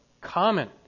common